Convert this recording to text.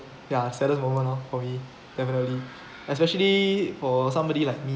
ya saddest moment loh for me definitely especially for somebody like me